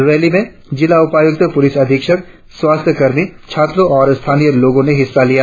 rally में जिला उपायुक्त प्रलिस अधीक्षक स्वास्थ्य कर्मियों छात्रों और स्थानीय लोगों ने हिस्सा लिया